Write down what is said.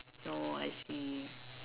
oh I see